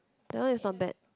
that one is not bad